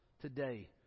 today